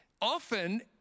Often